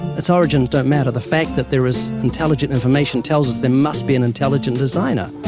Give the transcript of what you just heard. its origins don't matter. the fact that there is intelligent information tells us there must be an intelligent designer.